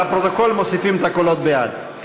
לפרוטוקול מוסיפים את הקולות בעד.